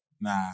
Nah